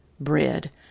bread